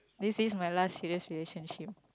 this is my last serious relationship